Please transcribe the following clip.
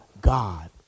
God